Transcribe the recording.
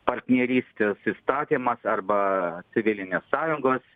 partnerystės įstatymas arba civilinės sąjungos